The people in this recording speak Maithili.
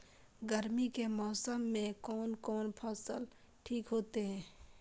गर्मी के मौसम में कोन कोन फसल ठीक होते?